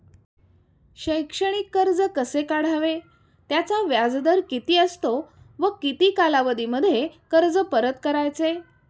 शैक्षणिक कर्ज कसे काढावे? त्याचा व्याजदर किती असतो व किती कालावधीमध्ये कर्ज परत करायचे?